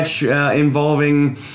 Involving